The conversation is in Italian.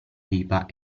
pipa